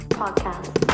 podcast